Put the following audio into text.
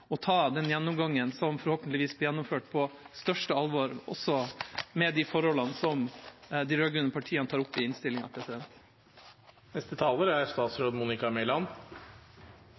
og regjeringa til å ta den gjennomgangen, som forhåpentligvis blir gjennomført, på størst alvor, også med de forholdene som de rød-grønne partiene tar opp i innstillinga.